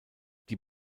die